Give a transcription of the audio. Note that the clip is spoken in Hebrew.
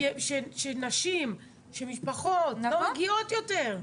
שנשים, שמשפחות לא מגיעות יותר.